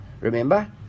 remember